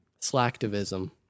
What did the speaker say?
slacktivism